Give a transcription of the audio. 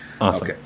Awesome